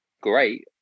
great